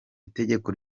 itegeko